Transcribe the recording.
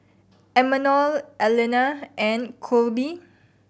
Imanol Aleena and Colby